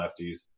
lefties